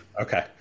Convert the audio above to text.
Okay